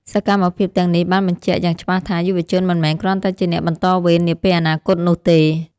សកម្មភាពទាំងនេះបានបញ្ជាក់យ៉ាងច្បាស់ថា យុវជនមិនមែនគ្រាន់តែជាអ្នកបន្តវេននាពេលអនាគតនោះទេ។